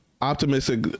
optimistic